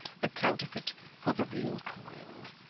the counterfeit for the real coin.